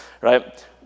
Right